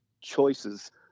choices